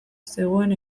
zegoen